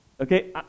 Okay